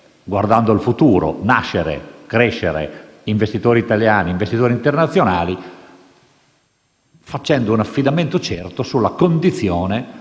guardando al futuro; far nascere e crescere investitori italiani e internazionali facendo affidamento certo sulla condizione